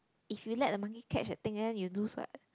if you let the monkey catch that then you lose what